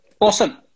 awesome